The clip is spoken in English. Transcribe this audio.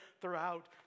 throughout